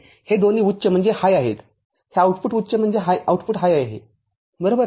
हे दोन्ही उच्च आहेत हे आउटपुट उच्च आहे बरोबर